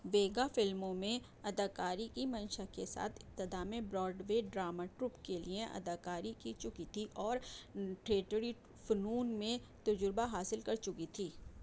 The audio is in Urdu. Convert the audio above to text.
بیگا فلموں میں اداکاری کی منشا کے ساتھ ابتدا میں براڈ وے ڈراما ٹروپ کے لیے اداکاری کی چکی تھی اور تھیٹری فنون میں تجربہ حاصل کر چکی تھی